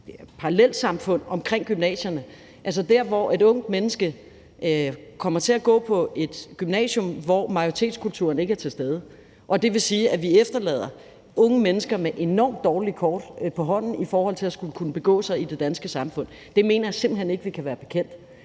parallelsamfund omkring gymnasierne, altså der, hvor et ungt menneske kommer til at gå på et gymnasium, hvor majoritetskulturen ikke er til stede, og det vil sige, at vi efterlader unge mennesker med nogle enormt dårlige kort på hånden i forhold til at skulle kunne begå sig i det danske samfund. Det mener jeg simpelt hen ikke vi kan være bekendt.